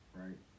right